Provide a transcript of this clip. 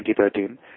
2013